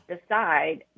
decide